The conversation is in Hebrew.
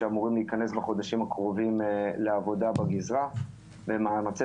שאמורים להיכנס בחודשים הקרובים לעבודה בגזרה במאמצי